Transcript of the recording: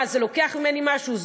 מה, זה לוקח ממני משהו?